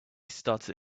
started